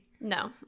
No